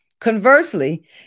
Conversely